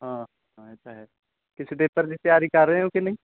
ਹਾਂ ਹਾਂ ਇਹ ਤਾਂ ਹੈ ਕਿਸੇ ਪੇਪਰ ਦੀ ਤਿਆਰੀ ਕਰ ਰਹੇ ਹੋ ਕਿ ਨਹੀਂ